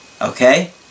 Okay